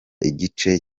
igice